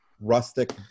rustic